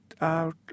out